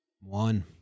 One